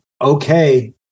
okay